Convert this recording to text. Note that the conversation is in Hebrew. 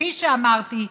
כפי שאמרתי,